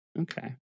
okay